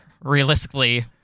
realistically